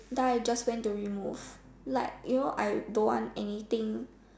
then I just went to remove like you know I don't want anything